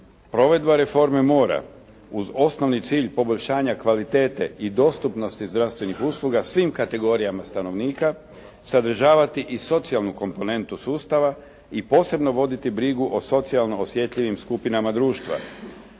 Provedba reforma mora uz osnovni cilj poboljšanja kvalitete i dostupnosti zdravstvenih usluga svim kategorijama stanovnika, sadržavati i socijalnu komponentu sustava i posebno voditi brigu o socijalno osjetljivim skupinama društva.